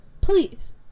please